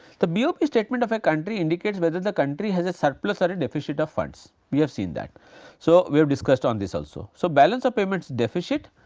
the bop statement of a country indicates whether the country has a surplus or a deficit of funds we have seen that so we have discussed on this also. so, balance of payments deficit,